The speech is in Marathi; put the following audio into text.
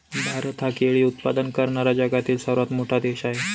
भारत हा केळी उत्पादन करणारा जगातील सर्वात मोठा देश आहे